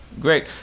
great